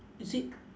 is it